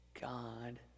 God